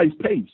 pace